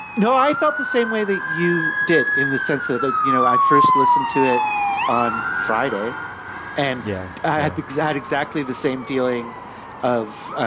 no, i felt the same way you did in the sense that, ah you know, i first listened to it on friday and, you know, i had the exact exactly the same feeling of